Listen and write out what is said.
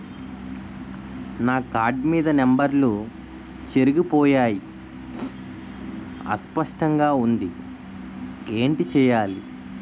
నా కార్డ్ మీద నంబర్లు చెరిగిపోయాయి అస్పష్టంగా వుంది ఏంటి చేయాలి?